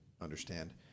understand